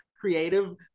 creative